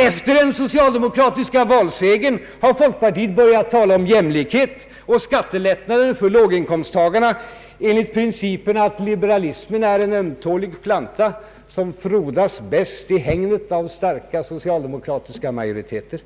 Efter den socialdemokratiska valsegern har folkpartiet börjat tala om jämlikhet och skattelättnader för låginkomsttagarna enligt principen att liberalismen är en ömtålig planta som frodas bäst i hägnet av starka socialdemokratiska majoriteter.